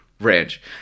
ranch